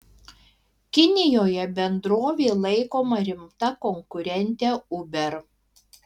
kinijoje bendrovė laikoma rimta konkurente uber